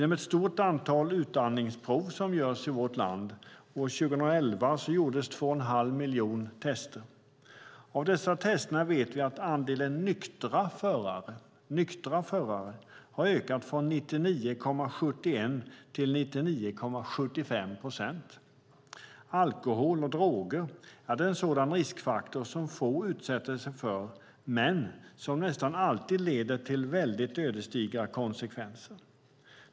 Av ett stort antal utandningsprov som görs i vårt land - år 2011 gjordes 2,5 miljoner tester - vet vi att andelen nyktra förare har ökat från 99,71 procent till 99,75 procent. Alkohol och droger är en sådan riskfaktor som få utsätter sig för men som nästan alltid leder till väldigt ödesdigra konsekvenser.